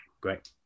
great